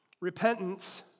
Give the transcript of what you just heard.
repentance